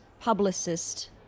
publicist